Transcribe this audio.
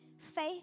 Faith